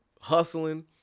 hustling